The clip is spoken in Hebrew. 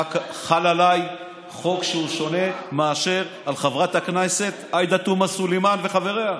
וחל עליי חוק שהוא שונה מאשר על חברת הכנסת עאידה תומא סלימאן וחבריה.